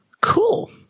cool